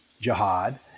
jihad